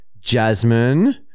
Jasmine